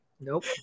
Nope